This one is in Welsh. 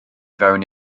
fewn